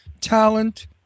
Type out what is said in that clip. talent